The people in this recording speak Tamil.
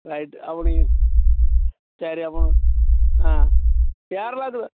ரைட் அப்போ நீங்கள் சரி அப்போ ஆ கேரளாவுக்கு